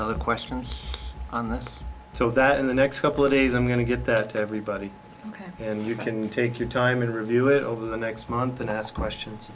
have questions on this so that in the next couple of days i'm going to get that to everybody and you can take your time and review it over the next month and ask questions